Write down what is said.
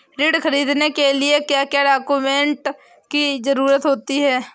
ऋण ख़रीदने के लिए क्या क्या डॉक्यूमेंट की ज़रुरत होती है?